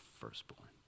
firstborn